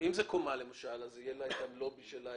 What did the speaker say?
זו קומה, יהיה לה את הלובי שלה.